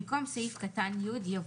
במקום סעיף (י) יבוא: